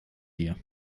dir